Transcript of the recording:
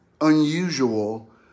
unusual